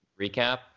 Recap